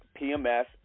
PMS